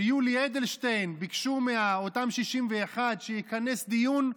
כשיולי אדלשטיין, ביקשו אותם 61 שיכנס דיון,